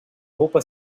roupa